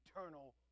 eternal